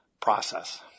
process